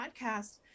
podcast